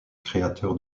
créateur